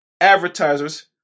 Advertisers